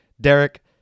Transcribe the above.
Derek